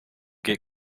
get